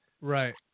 right